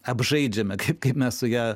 apžaidžiame kaip kaip mes su ja